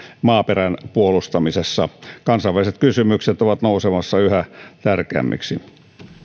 maaperän puolustamisessa kansainväliset kysymykset ovat nousemassa yhä tärkeämmiksi